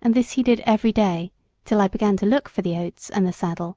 and this he did every day till i began to look for the oats and the saddle.